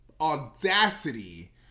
audacity